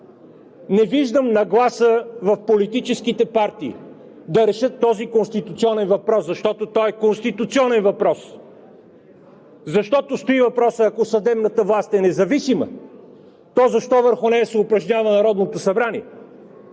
Не виждам нагласа в политическите партии да решат този конституционен въпрос, защото той е конституционен въпрос. Защото стои въпросът, ако съдебната власт е независима, то защо върху нея се упражнява Народното събрание!?